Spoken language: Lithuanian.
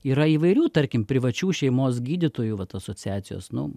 yra įvairių tarkim privačių šeimos gydytojų vat asociacijos nu